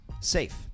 safe